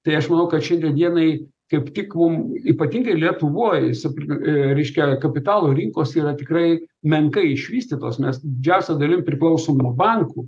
tai aš manau kad šiandien dienai kaip tik mum ypatingai lietuvoj įsi reiškia kapitalo rinkos yra tikrai menkai išvystytos mes didžiausia dalim priklausom nuo bankų